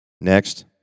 Next